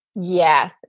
Yes